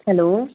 hello